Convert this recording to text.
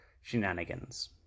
shenanigans